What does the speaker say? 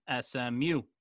SMU